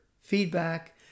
feedback